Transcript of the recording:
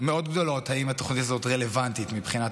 מאוד גדולות אם התוכנית הזאת רלוונטית מבחינת